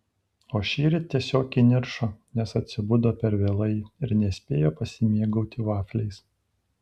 o šįryt tiesiog įniršo nes atsibudo per vėlai ir nespėjo pasimėgauti vafliais